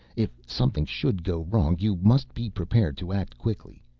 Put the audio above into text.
if something should go wrong, you must be prepared to act quickly.